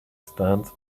stance